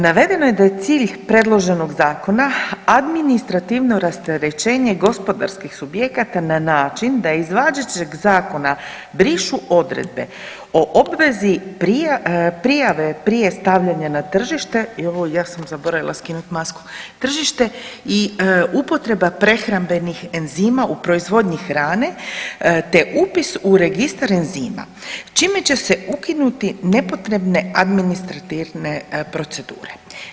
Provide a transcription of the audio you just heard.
Navedeno je da je cilj predloženog zakona administrativno rasterećenja gospodarskih subjekata na način da iz važećeg zakona brišu odredbe o obvezi prijave prije stavljanja na tržište, joj ja sam zaboravila skinut masku, tržište i upotreba prehrambenih enzima u proizvodnji hrane te upis u registar enzima čime će se ukinuti nepotrebne administrativne procedure.